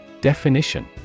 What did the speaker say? Definition